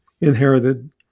inherited